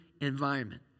environment